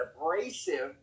abrasive